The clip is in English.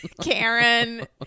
Karen